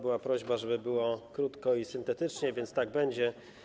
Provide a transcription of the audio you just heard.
Była prośba, żeby było krótko i syntetycznie, więc tak będzie.